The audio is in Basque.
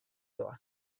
doa